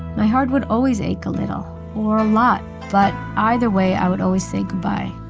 my heart would always ache a little or a lot. but either way, i would always say goodbye.